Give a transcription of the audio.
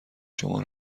شما